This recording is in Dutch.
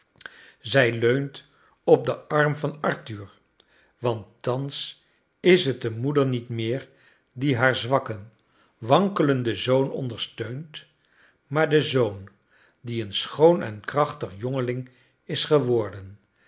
zij leunt op den arm van arthur want thans is het de moeder niet meer die haar zwakken wankelenden zoon ondersteund maar de zoon die een schoon en krachtig jongeling is geworden